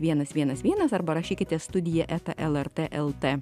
vienas vienas vienas arba rašykite studija eta lrt lt